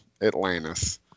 Atlantis